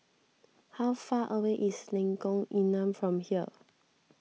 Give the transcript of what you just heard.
how far away is Lengkong Enam from here